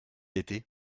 été